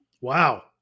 Wow